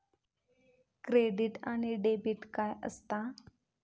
Credit आणि debit काय असता?